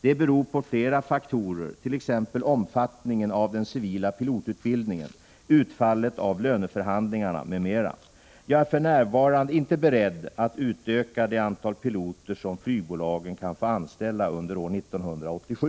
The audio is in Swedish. Det beror på flera faktorer, t.ex. omfattningen av den civila pilotutbildningen, utfallet av löneförhandlingarna m.m. Jag är för närvarande inte beredd att utöka det antal piloter som flygbolagen kan få anställa under år 1987.